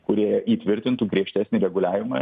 kurie įtvirtintų griežtesnį reguliavimą